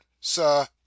sir